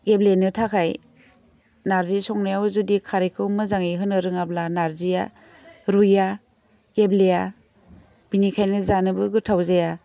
गेब्लेनो थाखाय नारजि संनायाव जुदि खारैखौ मोजाङै होनो रोङाब्ला नारजिया रुइया गेब्लेया बिनिखायनो जानोबो गोथाव जायाा